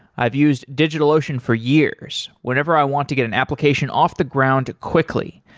i've used digitalocean for years, whenever i want to get an application off the ground quickly.